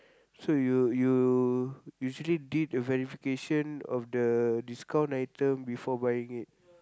so you you usually did a verification of the discount item before buying it